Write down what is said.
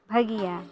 ᱵᱷᱟᱹᱜᱤᱭᱟ